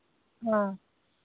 हाँ